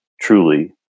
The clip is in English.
truly